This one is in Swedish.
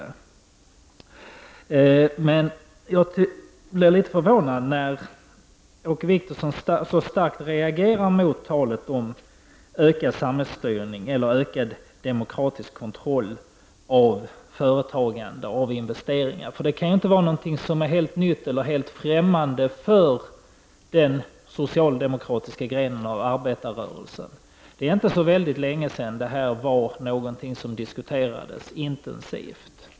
Jag blev emellertid litet förvånad när Åke Wictorsson så starkt reagerade mot talet om ökad samhällsstyrning eller ökad demokratisk kontroll av företagande och investeringar. Det kan ju inte vara något som är helt nytt eller helt främmande för den socialdemokratiska grenen av arbetarrörelsen. Det är inte så väldigt länge sedan som detta diskuterades intensivt.